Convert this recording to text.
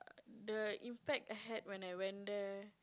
the impact I had when I went there